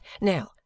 Now